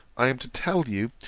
i am to tell you,